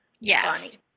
Yes